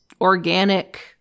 organic